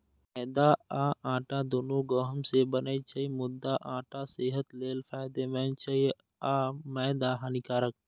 मैदा आ आटा, दुनू गहूम सं बनै छै, मुदा आटा सेहत लेल फायदेमंद छै आ मैदा हानिकारक